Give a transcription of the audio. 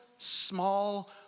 Small